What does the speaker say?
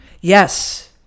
Yes